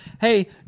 Hey